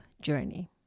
journey